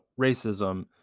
racism